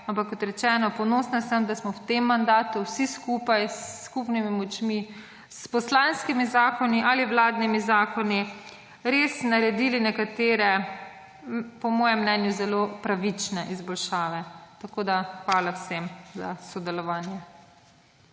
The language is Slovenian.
Ampak kot rečeno, ponosna sem, da smo v tem mandatu vsi skupaj s skupnimi močmi s poslanskimi zakoni ali vladnimi zakoni res naredili nekatere, po mojem mnenju, zelo pravične izboljšave. Tako da hvala vsem za sodelovanje.